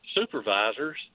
supervisors